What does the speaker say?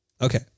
okay